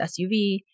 SUV